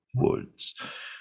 woods